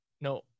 no